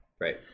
right